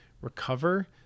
recover